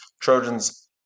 Trojans